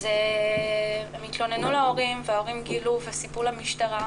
אז הם התלוננו להורים וההורים גילו וסיפרו למשטרה,